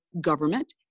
government